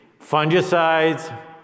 Fungicides